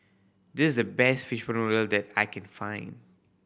this is the best fishball noodle soup that I can find